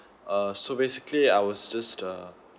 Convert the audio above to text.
uh so basically I was just uh